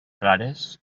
frares